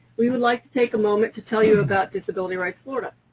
we would like to take a moment to tell you about disability rights florida.